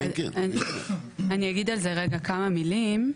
אני אגיד על זה כמה מילים.